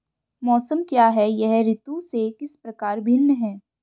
मौसम क्या है यह ऋतु से किस प्रकार भिन्न है?